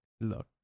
look